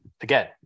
again